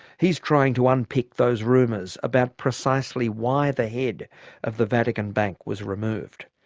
he's trying to unpick those rumours about precisely why they head of the vatican bank was removed.